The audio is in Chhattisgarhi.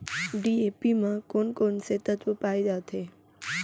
डी.ए.पी म कोन कोन से तत्व पाए जाथे?